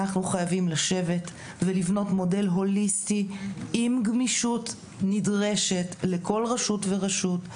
אנחנו חייבים לשבת ולבנות מודל הוליסטי עם גמישות נדרשת לכל רשות ורשות,